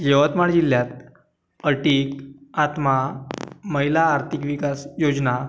यवतमाळ जिल्ह्यात अटीक आत्मा महिला आर्थिक विकास योजना